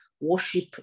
worship